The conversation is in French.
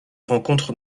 rencontre